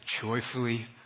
joyfully